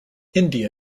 india